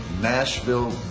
Nashville